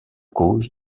cause